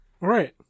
Right